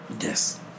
Yes